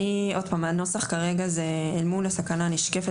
הנוסח כרגע זה אל מול הסכנה הנשקפת